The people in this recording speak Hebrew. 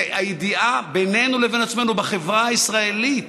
זו הידיעה בינינו לבין עצמנו, בחברה הישראלית,